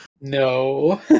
No